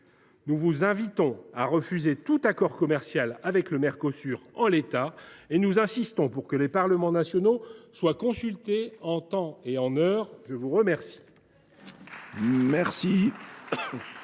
Nous vous invitons donc à refuser tout accord commercial avec le Mercosur en l’état et nous insistons pour que les parlements nationaux soient consultés, en temps et en heure ! La parole